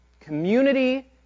Community